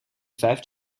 vijfde